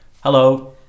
Hello